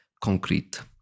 concrete